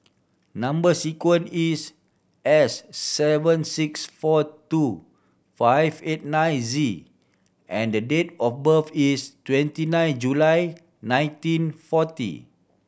number sequence is S seven six four two five eight nine Z and the date of birth is twenty nine July nineteen forty